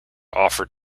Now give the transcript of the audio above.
offer